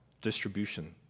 distribution